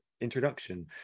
introduction